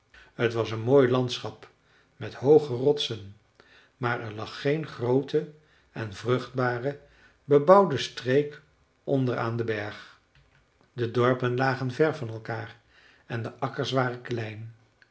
t was een mooi landschap met hooge rotsen maar er lag geen groote en vruchtbare bebouwde streek onder aan den berg de dorpen lagen ver van elkaar en de akkers waren klein